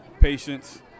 patience